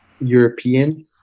european